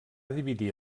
dividir